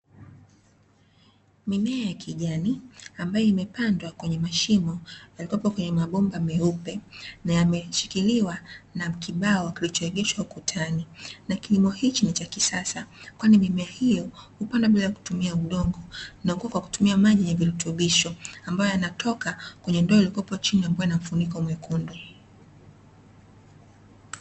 Mimea ya kijani ambayo imepandwa kwenye mashimo na kuwekwa kwenye mabomba meupe na yameshikiliwa na kibao kilichoegeshwa ukutani. Na kilimo hichi ni cha kisasa kwani mimea hiyo hupandwa bila kutumia udongo na hukua kwa kutumia maji ya virutubisho ambayo yanatoka kwenye ndoo iliyokwepo chini ambayo ina mfuniko mwekundu.